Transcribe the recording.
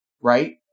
right